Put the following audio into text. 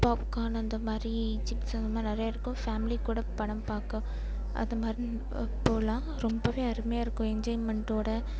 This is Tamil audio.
பாப்கான் அந்த மாதிரி சிப்ஸ் அது மாதிரி நிறைய இருக்கும் ஃபேம்லிக்கூட படம் பார்க்க அதை மாதிரி போகலாம் ரொம்பவே அருமையாக இருக்கும் என்ஜாய்மெண்ட்டோட